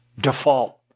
default